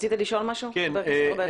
רצית לשאול משהו חה"כ ארבל?